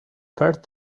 first